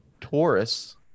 Taurus